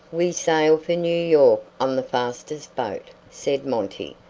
we sail for new york on the fastest boat, said monty,